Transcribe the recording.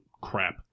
crap